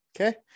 Okay